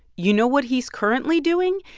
you know what he's currently doing?